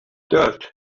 dört